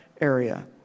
area